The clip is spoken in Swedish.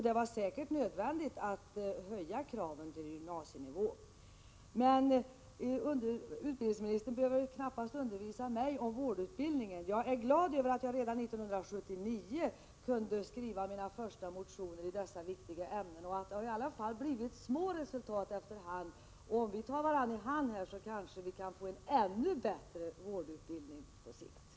Det var säkert nödvändigt att höja kravet till gymnasienivå. Utbildningsministern behöver knappast undervisa mig i fråga om vårdutbildningen. Jag är glad över att jag redan 1979 kunde skriva mina första motioner i detta viktiga ämne. Det har i alla fall blivit resultat så småningom. Om vi tar varandra i hand, kanske vi kan åstadkomma en ännu bättre vårdutbildning på sikt.